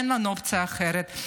אין לנו אופציה אחרת.